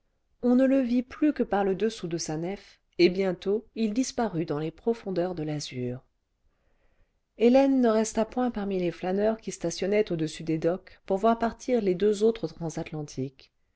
on ne le vit plus que par le dessous de sa nef et bientôt il disparut dans les profondeurs de l'azur hélène ne resta point parmi les flâneurs qui stationnaient au-dessus des docks pour voir partir les deux autres transatlantiques